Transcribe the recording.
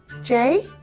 jay?